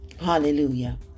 Hallelujah